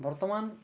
ବର୍ତ୍ତମାନ